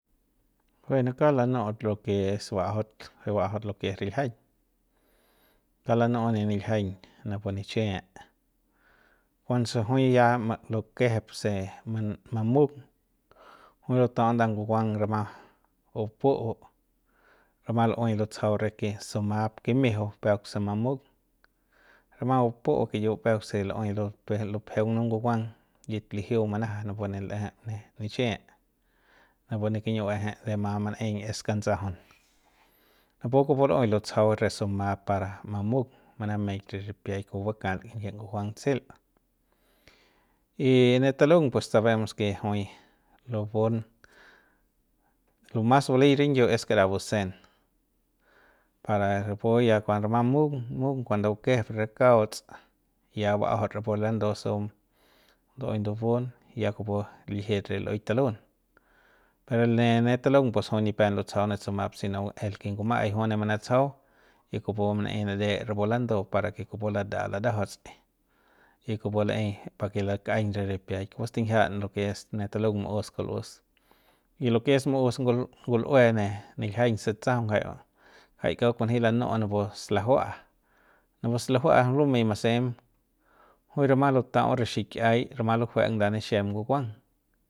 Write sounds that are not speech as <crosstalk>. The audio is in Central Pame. <noise> bueno kauk lanuꞌu lo ke es baꞌajaut lo es riljiañ kauk lanuꞌu ne niljiañ napu nichie kuanso jui ya ma bukejep se ma mamung jui lutaꞌau nda ngukuang rama bupuꞌu rama luꞌuei lutsajau re kimi sumap kimijiu peuk se mamung rama bupuꞌu kiyiu peuk se luꞌuei lutujue lupejeung napu ngukuang yit lijiu manaja napune leꞌje ne nichie napune kiñiu baejei de ma manꞌeiñ es kantsajaun <noise> napu kupu luꞌuei lutsajau re sumap para mamung manameik re ripiaik kupu bakal kinyie ngukuang tsel y ne talung pus sabemos ke jui lubun lo mas bali rinyiu es kara busen para rapu ya kuando mamung mung kuando bukejep re kauts ya baꞌajauts rapu landu se ndueꞌuei ndubun ya kupu liljit re lueik talun pero ne talung pus jui nipep lutsajau ne tsumap si no el ke ngumaꞌai juine manatsajau kupu manaei nare rapu landu para ke kupu lada larajauts y kupu laei pake lakaꞌiñ re ripiak kupu stinjia lo ke es ne talung maꞌus kulꞌus <noise> y lo ke es maꞌus ngul ngulꞌue ne niljiañ se tsajaung jai jai kauk kunji lanuꞌu napu slajuaꞌa napu slajuaꞌa lumei masem jui rama lutaꞌau re xikꞌiai rama lujueng nda nixiem ngukuang. <noise>